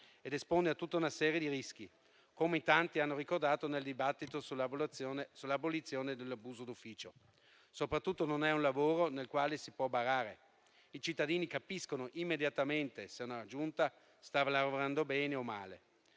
ed espone a tutta una serie di rischi, come in tanti hanno ricordato nel dibattito sull'abolizione dell'abuso d'ufficio. Soprattutto, non è un lavoro nel quale si può barare. I cittadini capiscono immediatamente se una Giunta sta lavorando bene o male.